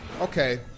okay